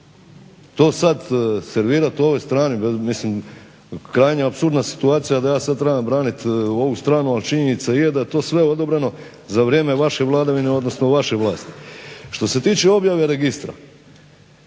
To sad servirat ovoj strani, mislim krajnje apsurdna situacija da ja sad trebam branit ovu stranu, ali činjenica je da je to se odobreno za vrijeme vaše vladavine, odnosno vaše vlasti. Što se tiče objave registra